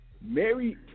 Mary